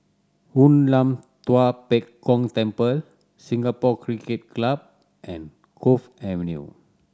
Hoon Lam Tua Pek Kong Temple Singapore Cricket Club and Cove Avenue